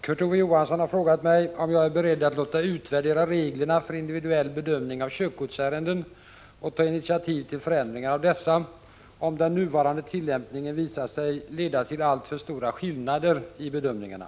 Fru talman! Kurt Ove Johansson har frågat mig om jag är beredd att låta utvärdera reglerna för individuell bedömning av körkortsärenden och ta initiativ till förändringar av dessa om den nuvarande tillämpningen visat sig leda till alltför stora skillnader i bedömningarna.